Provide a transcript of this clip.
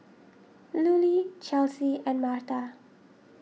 Lulie Chelsy and Martha